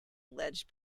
alleged